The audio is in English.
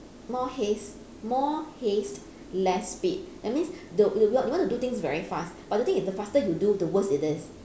more haste more haste less speed that means the you you want to do things very fast but the thing is the faster you do the worst it is